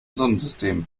sonnensystem